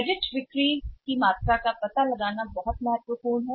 credit बिक्री की मात्रा का पता लगाना बहुत महत्वपूर्ण है